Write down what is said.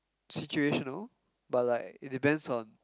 situational but like it depends on